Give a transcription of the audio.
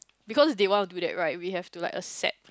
because they want of do that right we have to like accept